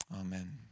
amen